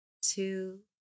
two